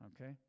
okay